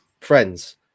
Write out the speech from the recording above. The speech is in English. friends